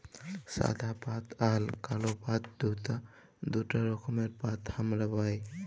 সাদা পাট আর কাল পাট দুটা রকমের পাট হামরা পাই